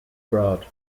broad